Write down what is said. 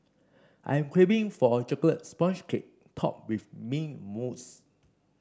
I'm craving for a chocolate sponge cake topped with mint mousse